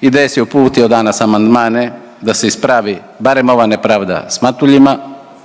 IDS je uputio danas amandmane da se ispravi barem ova nepravda s Matuljima